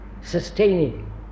sustaining